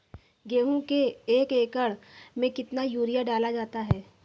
गेहूँ के एक एकड़ में कितना यूरिया डाला जाता है?